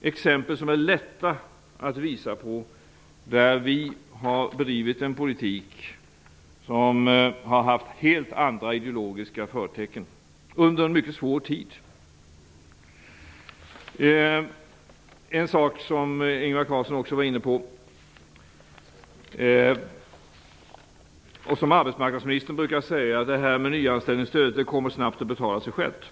exempel som är lätta att visa på där vi har bedrivit en politik som har haft helt andra ideologiska förtecken under en mycket svår tid. En sak som Ingvar Carlsson också var inne på och som arbetsmarknadsministern brukar säga om nyanställningsstödet: Det kommer snabbt att betala sig självt.